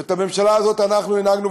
ואת הממשלה הזאת אנחנו הנהגנו,